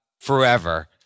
forever